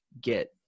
get